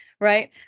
right